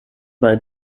bei